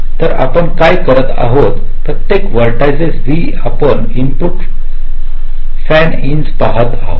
तर आपण काय करीत आहोत प्रत्येक व्हर्टेक्स V साठी आपण इनपुट फॅन इन्स पहात आहोत